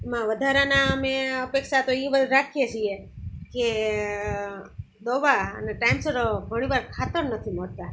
એમાં વધારાના અમે અપેક્ષા તો એ રાખીએ છીએ કે દવા અને ટાઈમસર ઘણીવાર ખાતર નથી મળતા